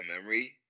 memory